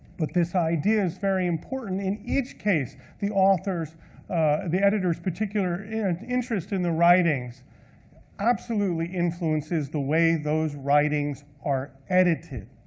but this idea is very important. in each case, the um editor's the editor's particular and interest in the writings absolutely influences the way those writings are edited.